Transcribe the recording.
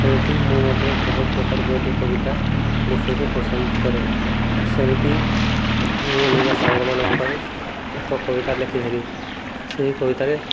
ସେମିତି ମୁଁ ମଧ୍ୟ ବହୁତ ପ୍ରକାର ଗଦ୍ୟ କବିତା ଲେଖିବାକୁ ପସନ୍ଦ କରେ ସେମିତି ମୁଁ ନିଜ ସାଙ୍ଗମାନଙ୍କ ପାଇଁ ଏକ କବିତା ଲେଖିଥିଲି ସେହି କବିତାରେ